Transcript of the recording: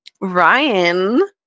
Ryan